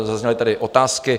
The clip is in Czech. Zazněly tady otázky.